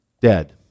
dead